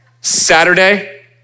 Saturday